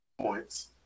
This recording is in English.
Points